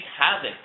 havoc